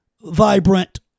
vibrant